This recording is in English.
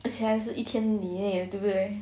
而且还是一天你而已对不对